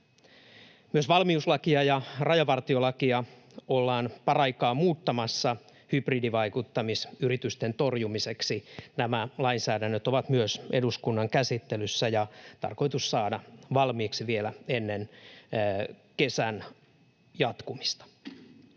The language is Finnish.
Myös valmiuslakia ja rajavartiolakia ollaan paraikaa muuttamassa hybridivaikuttamisyritysten torjumiseksi. Nämä lainsäädännöt ovat myös eduskunnan käsittelyssä ja tarkoitus saada valmiiksi vielä ennen kesän jatkumista.